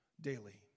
daily